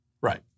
Right